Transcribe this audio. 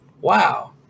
Wow